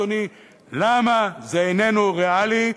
אדוני: למה זה איננו ריאלי,